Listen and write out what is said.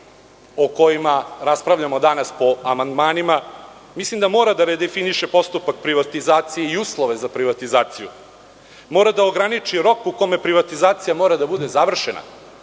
o kojima raspravljamo danas po amandmanima, mislim da mora da redefiniše postupak privatizacije i uslove za privatizaciju, mora da ograniči rok u kome privatizacija mora da bude završena.